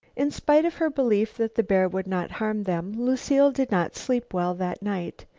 in spite of her belief that the bear would not harm them, lucile did not sleep well that night.